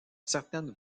certaines